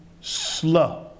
slow